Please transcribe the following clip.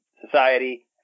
society